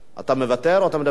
אתה מוותר או מדבר?